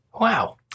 wow